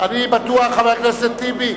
אני בטוח, חבר הכנסת טיבי,